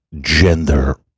gender